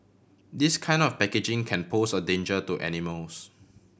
this kind of packaging can pose a danger to animals